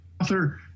author